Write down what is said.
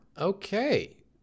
Okay